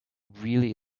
really